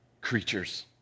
creatures